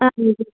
ஆ ம்ம்